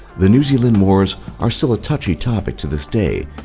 the new zealand wars are still a touchy topic to this day,